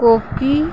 कोकी